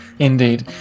Indeed